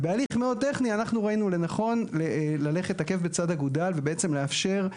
ובהליך מאוד טכני אנחנו ראינו לנכון ללכת עקב בצד אגודל ובעצם לאפשר,